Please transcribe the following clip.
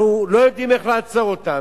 אנחנו לא יודעים איך לעצור אותם.